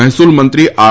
મહેસુલ મંત્રી આર